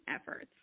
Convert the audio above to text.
efforts